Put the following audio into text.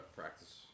practice